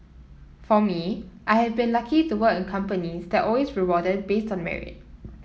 for me I have been lucky to work in companies that always rewarded based on merit